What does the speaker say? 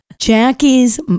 Jackie's